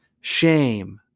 shame